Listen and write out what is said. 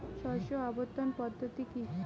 শস্য আবর্তন পদ্ধতি কি?